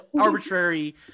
arbitrary